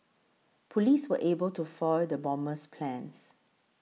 police were able to foil the bomber's plans